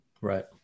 Right